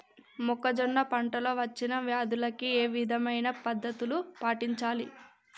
మొక్కజొన్న పంట లో వచ్చిన వ్యాధులకి ఏ విధమైన పద్ధతులు పాటించాలి?